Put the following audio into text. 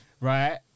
right